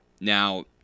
Now